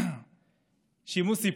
שמעו סיפור: